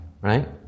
Right